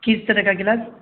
کس طرح کا کلاس